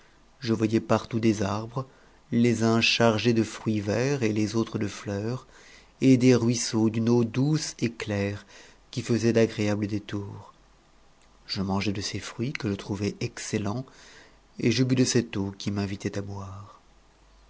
je voyais partout des arbres les uns chargés de fruits verts et les autres de fleurs et des ruisseaux d'une eau douce et claire qui faisaient d'agréables détours je mangeai de ces fruits que je trouvai excellents et je bus de cette eau qui m'invitait à boire